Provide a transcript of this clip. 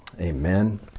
Amen